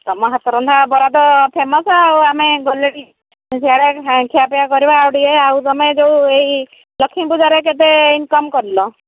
ତୁମ ହାତରନ୍ଧା ବରା ତ ଫେମସ ଆଉ ଆମେ ଗଲେ ବି ସିଆଡ଼େ ଖିଆ ପିଆ କରିବା ଆଉ ଟିକେ ଆଉ ତୁମେ ଯୋଉ ଏଇ ଲକ୍ଷ୍ମୀ ପୂଜାରେ କେତେ ଇନକମ୍ କଲ